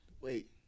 Wait